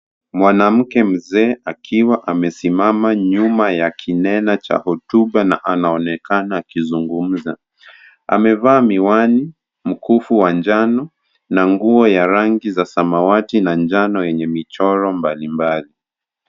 Mwanamke mzee akiwa amesimama nyuma ya kinena cha hotuba na anaonekana akizungumza. Amevaa miwani, mkufu wa njano na nguo ya rangi za samawati na njano yenye michoro mbalimbali.